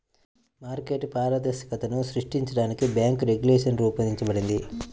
market పారదర్శకతను సృష్టించడానికి bank regulation రూపొందించబడింది